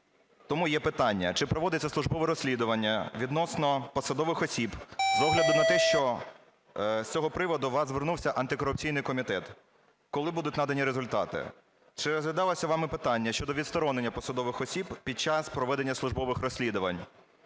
Тому є питання, чи проводиться службове розслідування відносно посадових осіб з огляду на те, що з цього приводу до вас звернутися антикорупційний комітет. Коли будуть надані результати? Чи розглядалося вами питання щодо відсторонення посадових осіб під час проведення службових розслідувань?